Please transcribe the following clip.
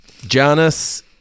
Jonas